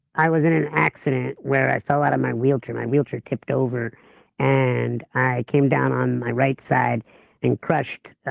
i was in an accident where i fell out of my wheelchair, my wheelchair tipped over and i came down on my right side and crushed